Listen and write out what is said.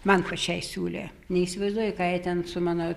man pačiai siūlė neįsivaizduoju ką jie ten su mano